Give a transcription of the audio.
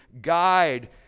guide